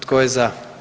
Tko je za?